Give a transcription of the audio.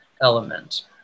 element